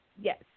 Yes